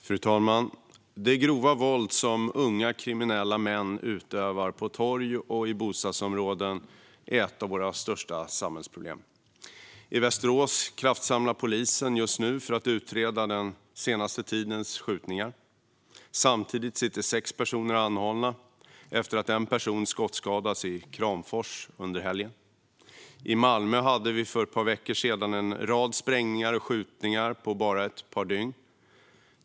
Fru talman! Det grova våld som unga, kriminella män utövar på torg och i bostadsområden är ett av våra största samhällsproblem. I Västerås kraftsamlar polisen just nu för att utreda den senaste tidens skjutningar. Samtidigt sitter sex personer anhållna efter att en person skottskadats i Kramfors under helgen. I Malmö hade vi för ett par veckor sedan en rad sprängningar och skjutningar på bara ett par dygn.